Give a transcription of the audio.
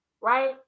right